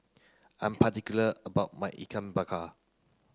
I am particular about my Ikan Bakar